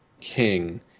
king